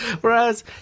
whereas